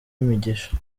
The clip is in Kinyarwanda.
imigisha